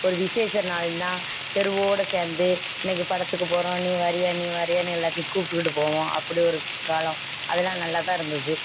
ஒரு விசேஷ நாள்னால் தெருவோடு சேர்ந்து இன்றைக்கு படத்துக்கு போகிறோம் நீ வரியா நீ வரியான்னு எல்லாத்தையும் கூப்பிட்டுக்கிட்டு போவோம் அப்படி ஒரு காலம் அதெல்லாம் நல்லா தான் இருந்தது